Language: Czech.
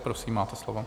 Prosím, máte slovo.